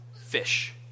fish